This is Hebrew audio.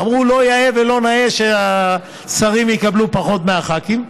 אמרו: לא יאה ולא נאה שהשרים יקבלו פחות מהח"כים,